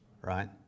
right